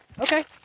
Okay